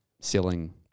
ceiling